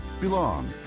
belong